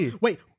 Wait